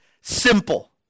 simple